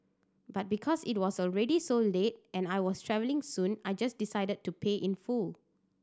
but because it was already so late and I was travelling soon I just decided to pay in full